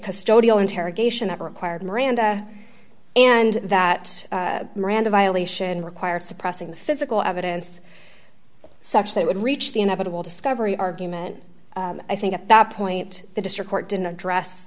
custodial interrogation that required miranda and that miranda violation require suppressing the physical evidence such that would reach the inevitable discovery argument i think at that point the district court didn't address